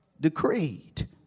decreed